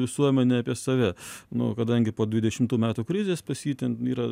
visuomenę apie save nu kadangi po dvidešimtų metų krizės pas jį ten yra